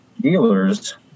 dealers